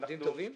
עובדים טובים?